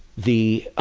the